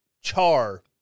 char